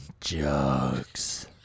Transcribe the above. jugs